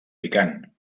picant